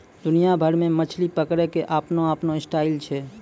दुनिया भर मॅ मछली पकड़ै के आपनो आपनो स्टाइल छै